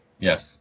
Yes